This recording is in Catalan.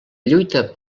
lluita